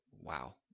wow